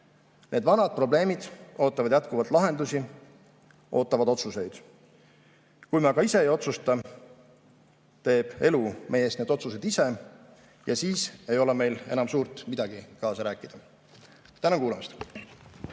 Need vanad probleemid ootavad jätkuvalt lahendusi, ootavad otsuseid. Kui me aga ise ei otsusta, teeb elu meie eest need otsused ise ja siis ei ole meil enam suurt midagi kaasa rääkida. Tänan kuulamast!